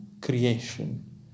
creation